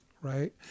right